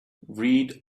read